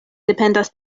dependas